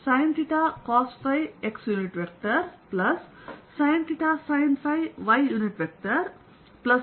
rsinθ cosϕ xsinθ sinϕ ycosθ z theta unit vector ಬಗ್ಗೆ ಹೇಗೆ